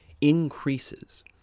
increases